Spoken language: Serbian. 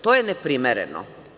To je neprimereno.